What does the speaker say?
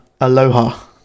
Aloha